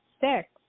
six